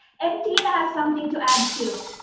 and tina has something to add too,